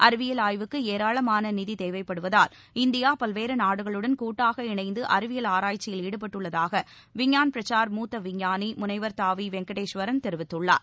அறிவியல் ஆய்வுக்கு ஏராளமான நிதி தேவைப்படுவதால் இந்தியா பல்வேறு நாடுகளுடன் கூட்டாக இணைந்து அறிவியல் ஆராய்ச்சியில் ஈடுபட்டுள்ளதாக விஞ்ஞான் பிரசார் மூத்த விஞ்ஞானி முனைவர் த வி வெங்கடேஸ்வரன் தெரிவித்துள்ளார்